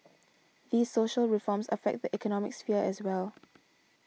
these social reforms affect the economic sphere as well